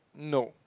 no